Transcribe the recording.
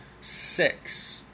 six